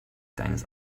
deines